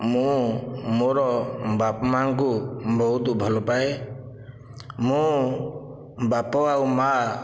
ମୁଁ ମୋର ବାପା ମାଆଙ୍କୁ ବହୁତ ଭଲ ପାଏ ମୁଁ ବାପା ଆଉ ମାଆ